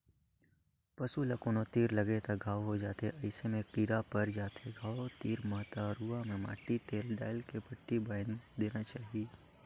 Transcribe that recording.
पसू ल कोनो तीर लगे ले घांव हो जाथे अइसन में कीरा पर जाथे घाव तीर म त रुआ में माटी तेल डायल के पट्टी बायन्ध देना चाही